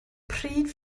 pryd